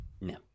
No